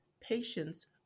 patients